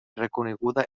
reconeguda